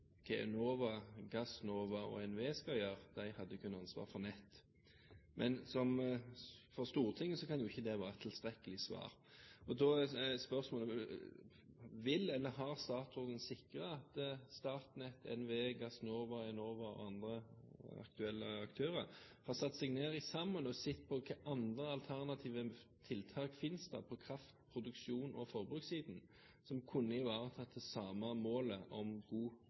hva Enova, Gassnova og NVE skal gjøre; de hadde kun ansvaret for nett. Men for Stortinget kan jo ikke det være et tilstrekkelig svar. Så da blir spørsmålet: Har statsråden sikret at Statnett, NVE, Gassnova, Enova og andre aktuelle aktører har satt seg ned sammen og sett på hvilke andre alternative tiltak som finnes på kraft, produksjon og forbrukssiden som kunne ivaretatt det samme målet om